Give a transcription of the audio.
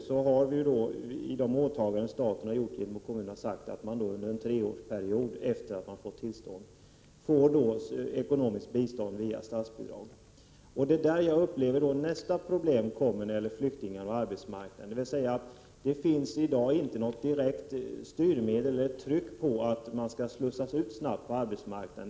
Staten har åtagit sig att under en treårsperiod efter det att arbetstillstånd meddelats utbetala statsbidrag till kommunen för flyktingen. Man känner då inte något tryck på sig att snabbt slussa ut vederbörande på arbetsmarknaden.